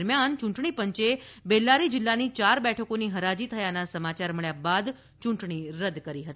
દરમિયાન ચૂંટણી પંચે બેલ્લારી જિલ્લાની ચાર બેઠકોની હરાજી થયાના સમાચાર મળ્યા બાદ ચૂંટણી રદ કરી હતી